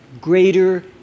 greater